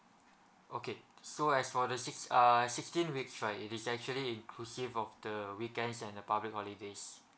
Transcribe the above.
okay so as for the six uh sixteen weeks right it is actually inclusive of the weekends and the public holidays